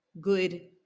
good